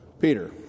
Peter